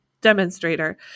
demonstrator